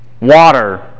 Water